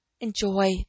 enjoy